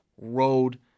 road